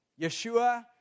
Yeshua